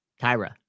Kyra